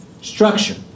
structure